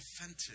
authentic